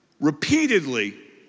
repeatedly